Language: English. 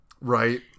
right